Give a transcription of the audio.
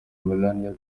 melania